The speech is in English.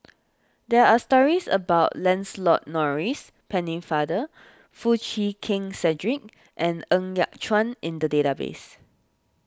there are stories about Lancelot Maurice Pennefather Foo Chee Keng Cedric and Ng Yat Chuan in the database